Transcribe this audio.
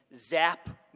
zap